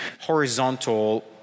horizontal